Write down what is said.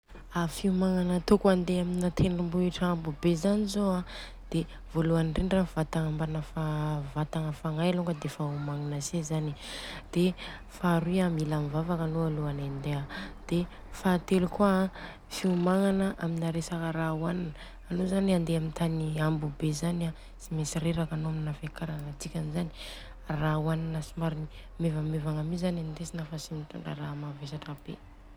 A fiomagnana atôko alohany handeha amina tendrombohitra bé zany zô an, de voaloany indrindra vatagna ambana vatagna fagnay alôngany defa omagnina si zany, de faharoy an mila mivavaka anô alohany andeha, de fahatelo kôa an fiomagnana amina resaka ra hoanina, anô zani handeha amin'ny tany ambo be zany an Tsy mentsy reraka anô amina fekarana dikanzany ra hoanina somary mevamevagna mi zany an andesina fa tsy mitondra ra mavesatra be.